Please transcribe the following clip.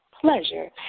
pleasure